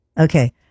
Okay